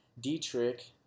dietrich